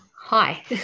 Hi